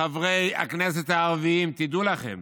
חברי הכנסת הערבים, תדעו לכם